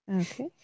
okay